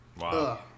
Wow